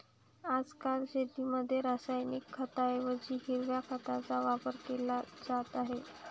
आजकाल शेतीमध्ये रासायनिक खतांऐवजी हिरव्या खताचा वापर केला जात आहे